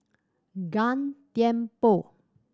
Gan Thiam Poh